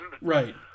Right